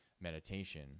meditation